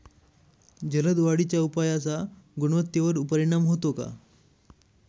जलद वाढीच्या उपायाचा गुणवत्तेवर परिणाम होतो का?